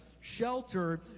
Shelter